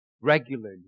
regularly